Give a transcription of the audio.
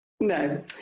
No